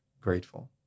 grateful